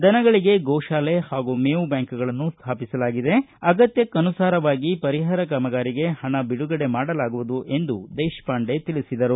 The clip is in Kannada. ದನಗಳಗೆ ಗೋಶಾಲೆ ಹಾಗೂ ಮೇವು ಬ್ಯಾಂಕ್ಗಳನ್ನು ಸ್ಥಾಪಿಸಲಾಗಿದೆ ಅಗತ್ಯಕ್ಷನುಸಾರವಾಗಿ ಪರಿಹಾರ ಕಾಮಗಾರಿಗೆ ಪಣ ಬಿಡುಗಡೆ ಮಾಡಲಾಗುವುದು ಎಂದು ಅವರು ಹೇಳಿದರು